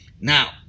Now